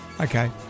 Okay